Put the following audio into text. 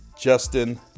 Justin